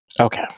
okay